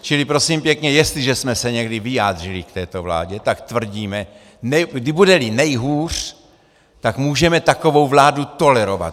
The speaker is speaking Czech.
Čili prosím pěkně, jestliže jsme se někdy vyjádřili k této vládě, tak tvrdíme, budeli nejhůř, tak můžeme takovou vládu tolerovat.